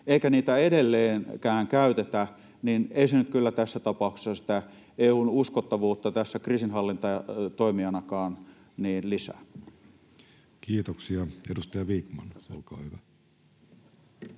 eikä niitä edelleenkään käytetä, niin ei se nyt kyllä tässä tapauksessa sitä EU:n uskottavuutta kriisinhallintatoimijanakaan lisää. [Speech 31] Speaker: